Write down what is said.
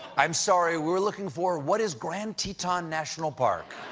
i'm sorry, we were looking for what is grand teton national park?